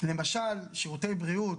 למשל שירותי בריאות,